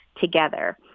together